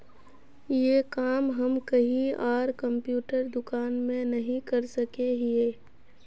ये काम हम कहीं आर कंप्यूटर दुकान में नहीं कर सके हीये?